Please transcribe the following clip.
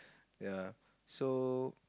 yea so